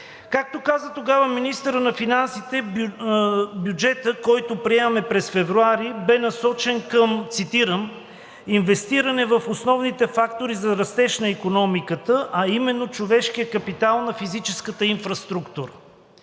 Както каза тогава министърът на финансите, бюджетът, който приемаме през февруари, бе насочен към, цитирам: „инвестиране в основните фактори за растеж на икономиката, а именно човешкия капитал на физическата инфраструктура“,